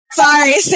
sorry